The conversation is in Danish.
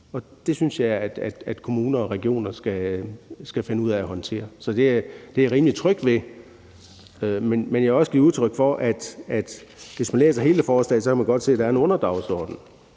det synes jeg kommuner og regioner skal finde ud af at håndtere. Så det er jeg rimelig tryg ved. Men jeg vil også give udtryk for, at hvis man læser hele forslaget, kan man godt se, at der er en underdagsorden,